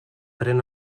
pren